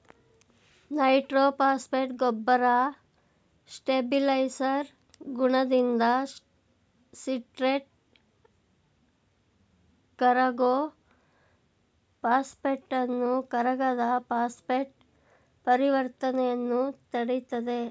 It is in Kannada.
ನೈಟ್ರೋಫಾಸ್ಫೇಟ್ ಗೊಬ್ಬರ ಸ್ಟೇಬಿಲೈಸರ್ ಗುಣದಿಂದ ಸಿಟ್ರೇಟ್ ಕರಗೋ ಫಾಸ್ಫೇಟನ್ನು ಕರಗದ ಫಾಸ್ಫೇಟ್ ಪರಿವರ್ತನೆಯನ್ನು ತಡಿತದೆ